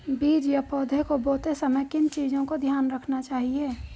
बीज या पौधे को बोते समय किन चीज़ों का ध्यान रखना चाहिए?